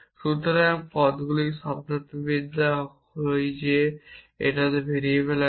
সুতরাং পদগুলির শব্দার্থবিদ্যা হল যে হয় ভেরিয়েবল আছে